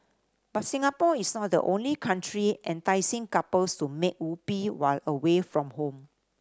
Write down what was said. but Singapore is not the only country enticing couples to make whoopee while away from home